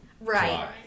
Right